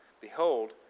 Behold